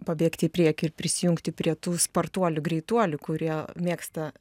pabėgti į priekį ir prisijungti prie tų spartuolių greituolių kurie mėgsta